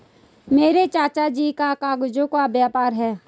मेरे चाचा जी का कागजों का व्यापार है